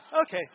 Okay